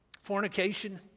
fornication